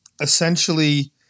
essentially